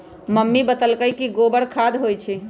mummy बतअलई कि गोबरो खाद होई छई